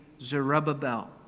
Zerubbabel